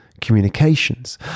communications